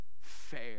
fair